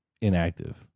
inactive